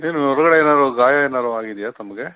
ಏನು ಹೊರಗಡೆ ಏನಾದ್ರು ಗಾಯ ಏನಾದರು ಆಗಿದೆಯಾ ತಮಗೆ